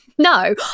No